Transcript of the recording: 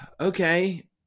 Okay